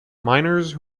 minors